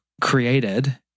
created